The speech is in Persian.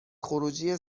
خروجی